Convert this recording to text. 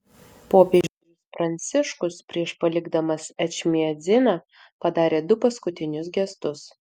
popiežius pranciškus prieš palikdamas ečmiadziną padarė du paskutinius gestus